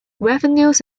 revenues